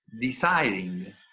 desiring